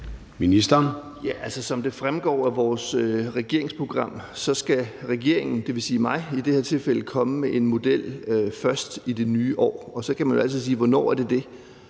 Jensen): Altså, som det fremgår af vores regeringsprogram, skal regeringen, dvs. mig i det her tilfælde, komme med en model først i det nye år. Og så kan man jo altid spørge: Hvornår er det?